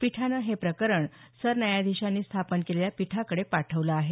पीठानं हे प्रकरण सरन्यायाधीशांनी स्थापन केलेल्या पीठाकडे पाठवलं आहे